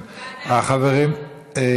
אנחנו רוצים ועדה שנוכל להשתתף בה.